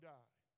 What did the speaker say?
die